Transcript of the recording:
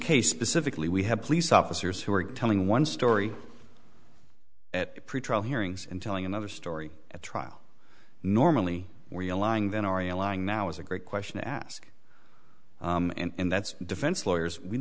case specifically we have police officers who are telling one story at pretrial hearings and telling another story at trial normally were you lying then are you lying now is a great question to ask and that's defense lawyers we